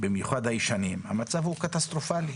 במיוחד הישנים, המצב קטסטרופלי.